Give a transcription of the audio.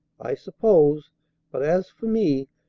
i suppose but, as for me,